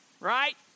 right